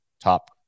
top